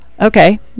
Okay